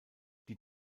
die